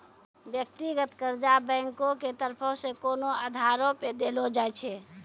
व्यक्तिगत कर्जा बैंको के तरफो से कोनो आधारो पे देलो जाय छै